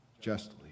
justly